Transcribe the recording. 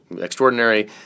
extraordinary